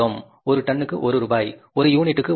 ஒரு டன்னுக்கு 1 ரூபாய் ஒரு யூனிட்டுக்கு 1 ரூபாய்